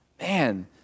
Man